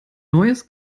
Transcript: neues